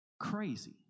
crazy